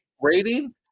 rating